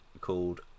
called